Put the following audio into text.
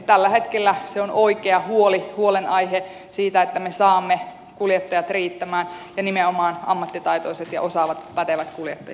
tällä hetkellä se on oikea huolenaihe siitä että me saamme kuljettajat riittämään ja nimenomaan ammattitaitoiset ja osaavat pätevät kuljettajat